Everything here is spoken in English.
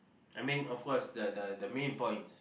I mean of course the the the main points